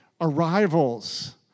arrivals